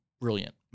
brilliant